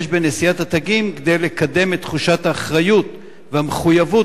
יש בנשיאת התגים כדי לקדם את תחושת האחריות והמחויבות